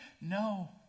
No